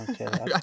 Okay